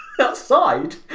outside